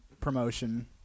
promotion